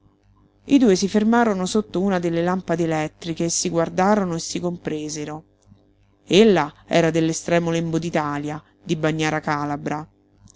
i due si fermarono sotto una delle lampade elettriche e si guardarono e si compresero ella era dell'estremo lembo d'italia di bagnara calabra